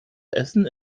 essen